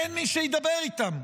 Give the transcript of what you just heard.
אין מי שידבר איתן.